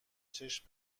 چشم